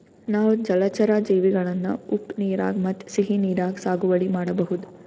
ನಾವ್ ಜಲಚರಾ ಜೀವಿಗಳನ್ನ ಉಪ್ಪ್ ನೀರಾಗ್ ಮತ್ತ್ ಸಿಹಿ ನೀರಾಗ್ ಸಾಗುವಳಿ ಮಾಡಬಹುದ್